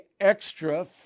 extra